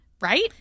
right